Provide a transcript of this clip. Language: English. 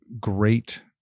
great